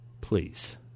Please